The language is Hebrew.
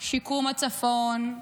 שיקום הצפון,